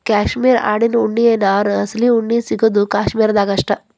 cashmere ಆಡಿನ ಉಣ್ಣಿಯ ನಾರು ಅಸಲಿ ಉಣ್ಣಿ ಸಿಗುದು ಕಾಶ್ಮೇರ ದಾಗ ಅಷ್ಟ